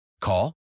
Call